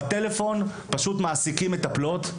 בטלפון מעסיקים מטפלות.